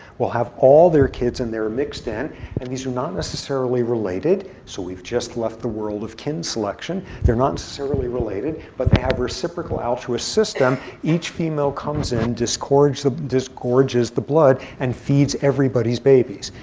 will have all their kids in there mixed in. and these are not necessarily related, so we've just left the world of kin selection. they're not necessarily related, but they have reciprocal altruists system. each female comes in, disgorges the disgorges the blood, and feeds everybody's babies.